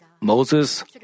Moses